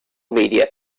media